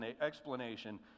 explanation